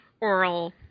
oral